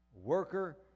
Worker